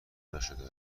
نشده